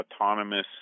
autonomous